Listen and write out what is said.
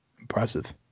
impressive